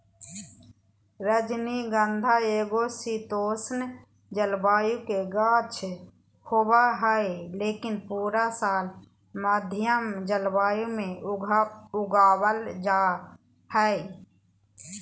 रजनीगंधा एगो शीतोष्ण जलवायु के गाछ होबा हय, लेकिन पूरा साल मध्यम जलवायु मे उगावल जा हय